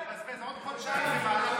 תצביע נגד.